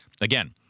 Again